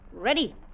Ready